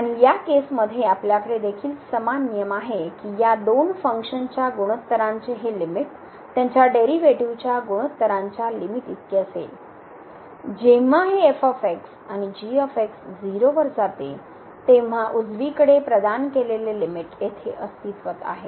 आणि या केसमध्ये आपल्या कडे देखील समान नियम आहे की या दोन फंक्शनच्या गुणोत्तरांची हे लिमिट त्यांच्या डेरीवेटीव च्या गुणोत्तरांच्या लिमिट इतक असेल जेव्हा हे f आणि g 0 वर जाते तेव्हा उजवीकडे प्रदान केलेले लिमिट येथे अस्तित्त्वात आहे